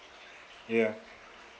ya